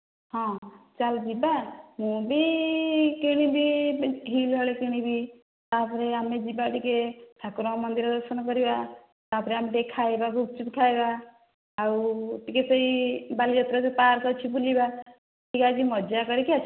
ହଁ ଚାଲ ଯିବା ମୁଁ ବି କିଣିବି ହିଲ୍ ହଳେ କିଣିବି ତା'ପରେ ଆମେ ଯିବା ଟିକିଏ ଠାକୁରଙ୍କ ମନ୍ଦିର ଦର୍ଶନ କରିବା ତା'ପରେ ଆମେ ଟିକିଏ ଖାଇବା ଗୁପ୍ ଚୁପ୍ ଖାଇବା ଆଉ ଟିକିଏ ସେହି ବାଲିଯାତ୍ରାରେ ପାର୍କ ଅଛି ବୁଲିବା ଟିକିଏ ଆଜି ମଜା କରିକି ଆସିବା